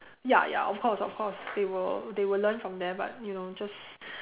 ya ya of course of course they will they will learn from there but you know just